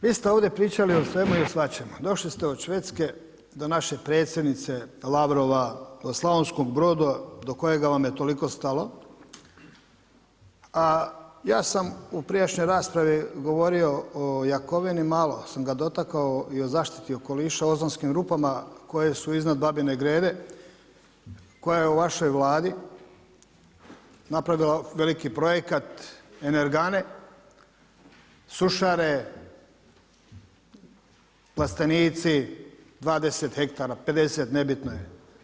Vi ste ovdje pričali o svemu i svačemu, došli ste od Švedske do naše predsjednice, Lavrova, Slavonskog Broda do kojega vam je toliko stalo, a ja sam u prijašnjoj raspravi govorio o Jakovini, malo sam ga dotakao i o zaštiti okoliša, ozonskim rupama koje su iznad Babine Grede koja je u vašoj vladi napravila veliki projekat Energane, sušare, plastenici 20 hektara, 50 nebitno je.